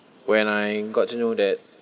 when I got to know that